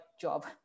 job